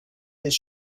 this